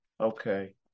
Okay